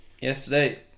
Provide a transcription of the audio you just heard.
yesterday